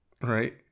right